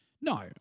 No